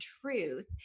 truth